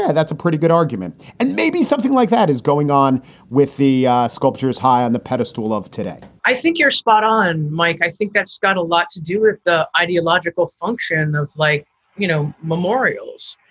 yeah that's a pretty good argument. and maybe something like that is going on with the sculpture is high on the pedestal of today i think you're spot on, mike. i think that's got a lot to do with the ideological function of like you know memorials.